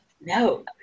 no